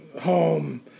home